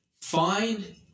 Find